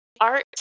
art